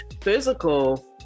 physical